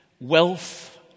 wealth